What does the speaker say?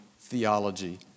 theology